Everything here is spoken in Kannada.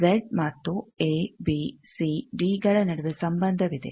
ಜೆಡ್ ಮತ್ತು ಎ ಬಿ ಸಿ ಡಿ ಗಳ ನಡುವೆ ಸಂಬಂಧವಿದೆ